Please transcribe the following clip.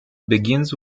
begins